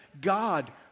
God